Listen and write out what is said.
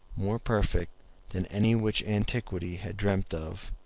more perfect than any which antiquity had dreamt of,